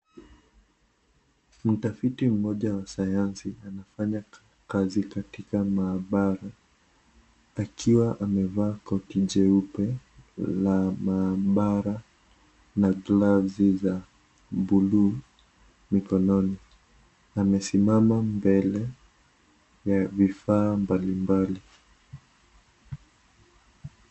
Mtafiti mmoja wa sayansi anafanya kazi Katika maabara akiwa amevaa koti jeupe la maabara na glavu za bluu mikononi. Amesimama mbele ya vifaa mbalimbali.